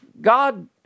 God